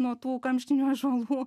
nuo tų kamštinių ąžuolų